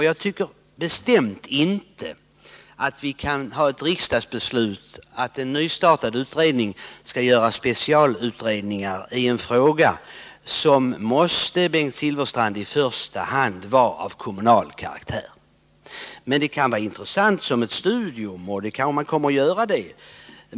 Jag tycker bestämt inte att vi kan ta ett riksdagsbeslut om att en nystartad utredning skall göra specialutredningar i en fråga som i första hand är av kommunal karaktär. Det kan vara intressant att göra ett studium av den, och det kanske man kommer att göra.